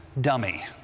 dummy